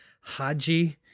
Haji